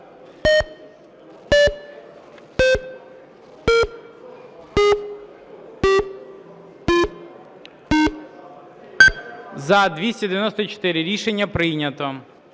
За-245 Рішення прийнято.